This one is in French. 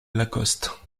lacoste